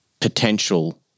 potential